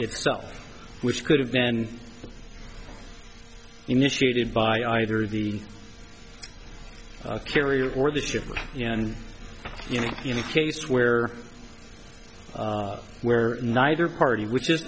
itself which could have been initiated by either the carrier or the ship and you know in a case where where neither party which is